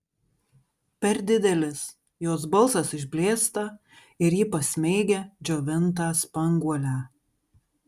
per didelis jos balsas išblėsta ir ji pasmeigia džiovintą spanguolę